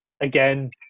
again